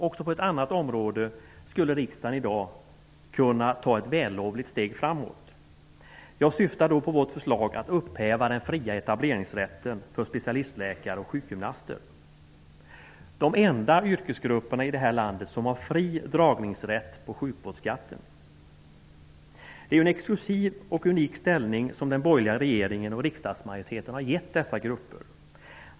Också på ett annat område skulle riksdagen i dag kunna ta ett vällovligt steg framåt. Jag syftar då på vårt förslag att upphäva den fria etableringsrätten för specialistläkare och sjukgymnaster. De är de enda yrkesgrupperna i det här landet med fri dragningsrätt på sjukvårdsskatten. Det är ju en exklusiv och unik ställning som den borgerliga regeringen och riksdagmajoriteten gett dessa grupper.